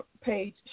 page